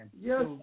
yes